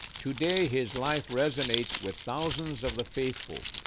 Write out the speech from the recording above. today, his life resonates with thousands of the faithful,